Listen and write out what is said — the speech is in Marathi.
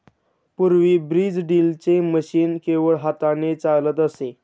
पूर्वी बीज ड्रिलचे मशीन केवळ हाताने चालत असे